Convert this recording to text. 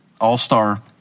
all-star